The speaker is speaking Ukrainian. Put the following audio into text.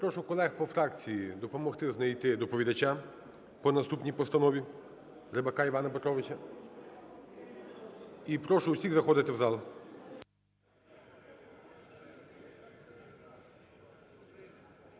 прошу колег по фракції допомогти знайти доповідача по наступній постанові Рибака Івана Петровича і прошу всіх заходити в зал.